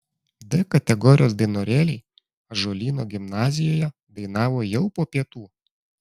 d kategorijos dainorėliai ąžuolyno gimnazijoje dainavo jau po pietų